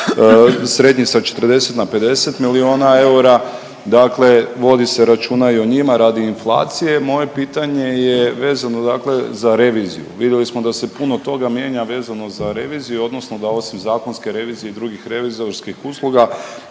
srednji sa 40 na 50 milijona eura. Dakle, vodi se računa i o njima radi inflacije. Moje pitanje je vezano dakle za reviziju. Vidjeli smo da se puno toga mijenja vezano za reviziju, odnosno da osim zakonske revizije i drugih revizorskih usluga,